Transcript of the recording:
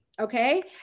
Okay